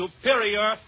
superior